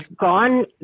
gone